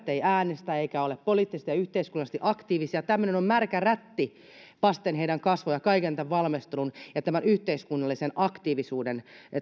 eivät äänestä eivätkä ole poliittisesti ja yhteiskunnallisesti aktiivisia tämmöinen on märkä rätti vasten heidän kasvojaan kaiken tämän valmistelun ja tämän yhteiskunnallisen aktiivisuuden